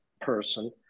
person